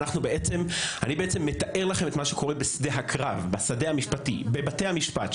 ואני בעצם מתאר לכם את מה שקורה בשדה הקרב המשפטי בבתי המשפט.